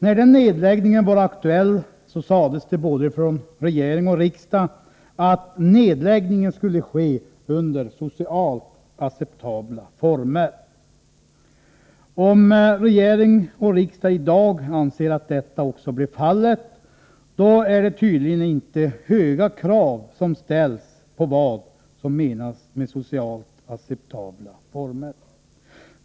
När den nedläggningen var aktuell sades det från både regering och riksdag att nedläggningen skulle ske under socialt acceptabla former. Om regering och riksdag i dag anser att detta också blev fallet, är det tydligen inte höga krav som ställs på vad som menas med socialt acceptabla former.